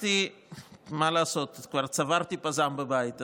מה לעשות, כבר צברתי פז"מ בבית הזה,